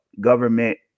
government